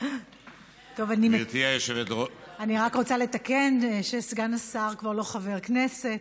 אני רק רוצה לתקן שסגן השר כבר לא חבר כנסת.